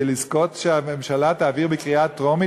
כדי לזכות שהממשלה תעביר בקריאה טרומית